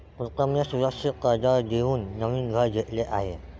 प्रीतमने सुरक्षित कर्ज देऊन नवीन घर घेतले आहे